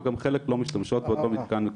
וגם חלק לא משתמשות באותו מתקן.